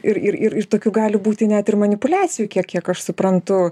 ir ir ir ir tokių gali būti net ir manipuliacijų kiek aš suprantu